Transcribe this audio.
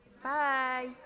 Bye